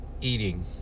eating